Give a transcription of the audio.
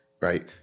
right